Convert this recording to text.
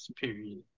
period